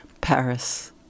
Paris